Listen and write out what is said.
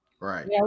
Right